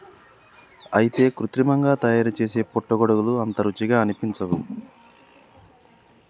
అయితే కృత్రిమంగా తయారుసేసే పుట్టగొడుగులు అంత రుచిగా అనిపించవు